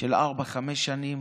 של ארבע-חמש שנים